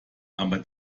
aber